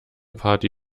party